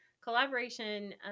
collaboration